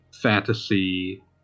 fantasy